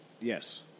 Yes